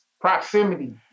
proximity